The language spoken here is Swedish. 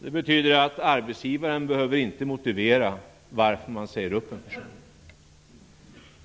Det betyder att arbetsgivaren inte behöver motivera varför han säger upp en person.